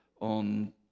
on